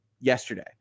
yesterday